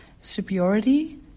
superiority